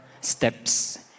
steps